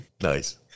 nice